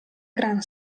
gran